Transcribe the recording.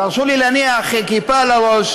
אז הרשו לי להניח כיפה על הראש